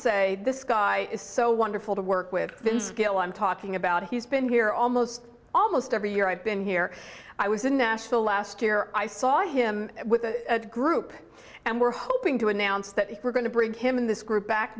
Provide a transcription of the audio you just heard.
say this guy is so wonderful to work with vince gill i'm talking about he's been here almost almost every year i've been here i was nashville last year i saw him with a group and we're hoping to announce that we're going to bring him in this group back